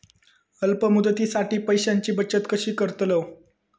अल्प मुदतीसाठी पैशांची बचत कशी करतलव?